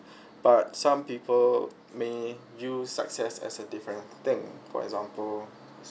but some people may view success as a different thing for example